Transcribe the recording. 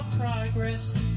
progress